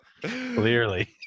Clearly